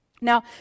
Now